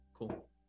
cool